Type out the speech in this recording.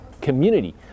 community